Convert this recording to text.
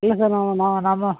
இல்லை சார் நான் நான் நம்ம